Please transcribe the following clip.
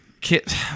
Kit